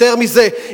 יותר מזה,